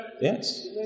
Yes